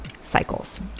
cycles